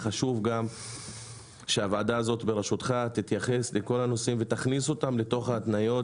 חשוב שהוועדה בראשותך תתייחס לכל הנושאים ותכניס אותם לתוך ההתניות